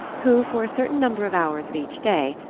who, for a certain number of hours of each day,